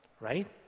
right